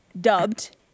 dubbed